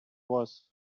was